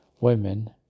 Women